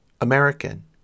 American